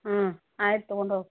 ಹ್ಞೂ ಆಯ್ತು ತೊಗೊಂಡು ಹೋಗು